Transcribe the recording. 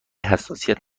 حساسیت